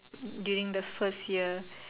during the first year